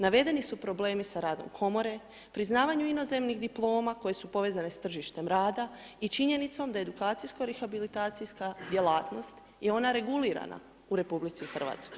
Navedeni su problemi sa radom komore, priznavanju inozemnih diploma koje su povezane s tržištem rada i činjenicom da edukacijsko rehabilitacijska djelatnost je ona regulirana u RH.